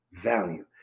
value